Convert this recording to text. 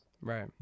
Right